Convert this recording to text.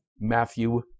Matthew